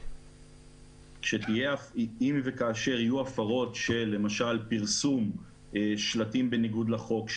אם וכאשר יהיו הפרות של פרסום שלטים בניגוד לחוק,